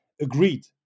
agreed